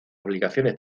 obligaciones